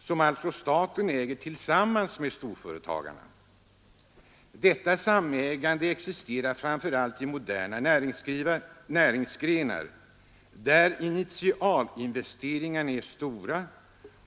som alltså staten äger tillsammans med storföretagarna. Detta samägande existerar framför allt i moderna näringsgrenar, där initialinvesteringarna är stora